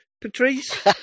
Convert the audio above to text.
Patrice